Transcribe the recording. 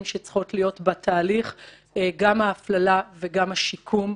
שצריכות להיות בתהליך גם ההפללה וגם השיקום.